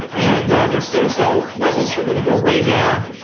and their stem cell levels are going to go way down.